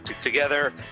together